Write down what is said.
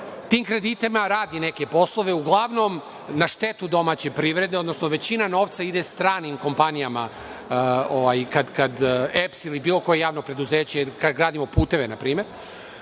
tim kreditima radi neke poslove, uglavnom na štetu domaće privrede, odnosno većina novca ide stranim kompanijama kad EPS ili bilo koje javno preduzeće, kad gradimo puteve, na primer,